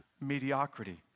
mediocrity